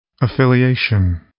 Affiliation